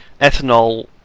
ethanol